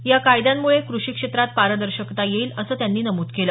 या कायद्यांमुळे क्रषी क्षेत्रात पारदर्शकता येईल असं त्यांनी नमूद केलं